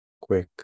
Quick